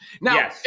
Now